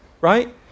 right